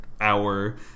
hour